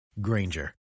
Granger